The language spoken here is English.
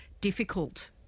difficult